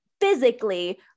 physically